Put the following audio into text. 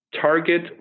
target